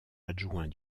adjoint